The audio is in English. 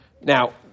Now